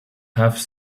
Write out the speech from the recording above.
have